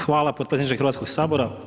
Hvala potpredsjedniče Hrvatskog sabora.